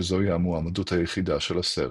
שזוהי המועמדות היחידה של הסרט.